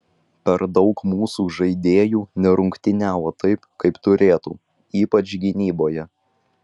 per daug mūsų žaidėjų nerungtyniavo taip kaip turėtų ypač gynyboje